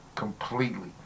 Completely